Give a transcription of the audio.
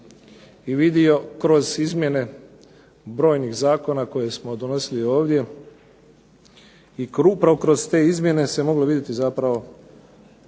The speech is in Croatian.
i vidio kroz izmjene brojnih zakona koje smo donosili ovdje i upravo kroz te izmjene se moglo vidjeti zapravo